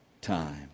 time